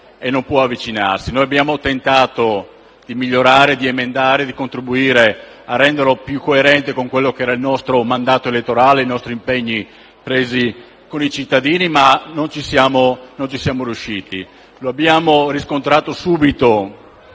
Abbiamo tentato di migliorare, di emendare, di contribuire a rendere il testo più coerente con quelli che erano il nostro mandato elettorale e i nostri impegni assunti con i cittadini, ma non ci siamo riusciti. Lo abbiamo riscontrato subito